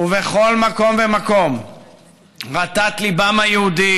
ובכל מקום ומקום רטט ליבם היהודי,